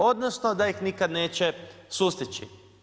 Odnosno, da ih nikada neće sustići.